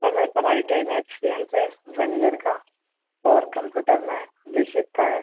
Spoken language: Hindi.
सर मेरे सर आई टी आई में एक्सपीएन्स है वन इयर का और कंप्यूटर में बेसिक का है